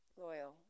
loyal